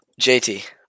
JT